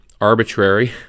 arbitrary